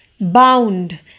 Bound